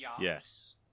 Yes